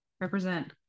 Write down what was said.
represent